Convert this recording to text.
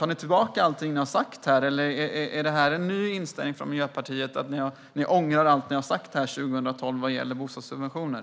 Tar ni tillbaka allt ni säger i den här rapporten, och är det alltså en ny inställning från Miljöpartiet att ni ångrar allt ni sa 2012 vad gäller bostadssubventioner?